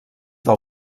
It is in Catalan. del